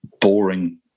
boring